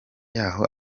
yaho